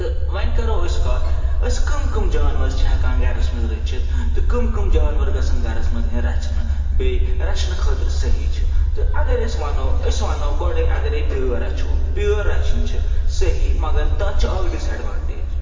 تہٕ ونۍ کَرو أسۍ کَتھ أسۍ کٕم کٕم جاناوَار چھِ ہٮ۪کان گَرَس منٛز رٔچھِتھ تہٕ کٕم کٕم جاناوَار گژھن گَرَس منٛز یِن رَچھنہٕ بیٚیہِ رَچھنہٕ خٲطرٕ صحیح چھِ تہٕ اگر أسۍ وَنو أسۍ وَنو گۄڈے اگرے بیٲر رچھو بیٲرچھِنۍ چھِ صحیح مگر تَتھ چھِ اَکھ ڈِس اٮ۪ڈونٹیج